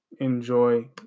enjoy